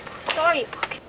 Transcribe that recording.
storybook